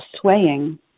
swaying